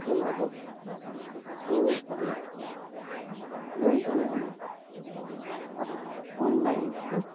ᱛᱮᱞᱟ ᱫᱚ ᱨᱩᱣᱟᱹᱲ ᱫᱟᱲᱮᱭᱟᱜ ᱢᱮ ᱞᱟᱹᱭ ᱫᱟᱲᱮᱭᱟᱜ ᱢᱮ ᱟᱨ ᱚᱱᱞᱟᱭᱤᱱ ᱨᱮᱫᱚ